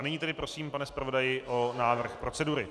Nyní tedy prosím, pane zpravodaji, o návrh procedury.